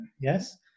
Yes